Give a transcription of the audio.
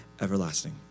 everlasting